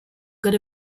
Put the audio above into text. good